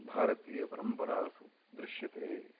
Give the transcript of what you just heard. भारतीयपरम्परासु दृश्यते